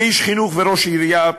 כאיש חינוך וכראש עירייה לשעבר,